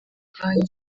kanya